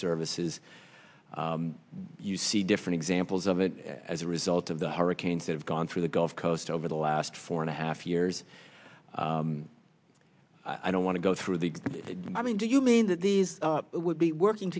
services you see different examples of it as a result of the hurricanes that have gone through the gulf coast over the last four and a half years i don't want to go through the i mean do you mean that these would be working